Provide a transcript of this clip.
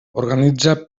organitza